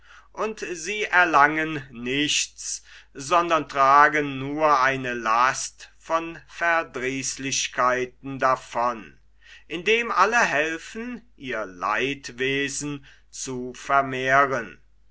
und sie erlangen nichts sondern tragen nur eine last von verdrießlichkeiten davon indem alle helfen ihr leidwesen zu vermehren